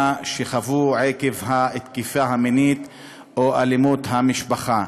שחוו עקב התקיפה המינית או האלימות במשפחה.